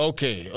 Okay